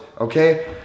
okay